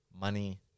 money